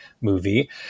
movie